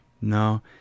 No